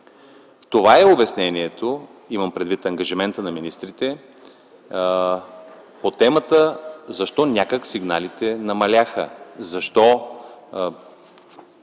Това е обяснението – имам предвид ангажиментите на министрите – по темата защо сигналите намаляха, защо